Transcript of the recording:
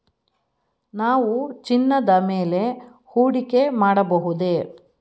ನಾವು ಚಿನ್ನದ ಮೇಲೆ ಹೂಡಿಕೆ ಮಾಡಬಹುದೇ?